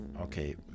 Okay